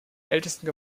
ältesten